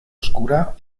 oscura